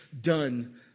done